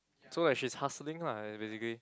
so like she's hustling lah basically